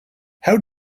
how